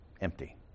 empty